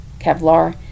Kevlar